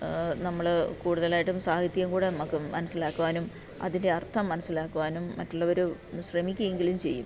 നമ്മൾ കൂടുതലായിട്ടും സാഹിത്യം കൂടെ നമുക്ക് മനസ്സിലാക്കുവാനും അതിൻ്റെ അർത്ഥം മനസ്സിലാക്കുവാനും മറ്റുള്ളവർ ശ്രമിക്കുകയെങ്കിലും ചെയ്യും